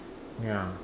ya